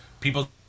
People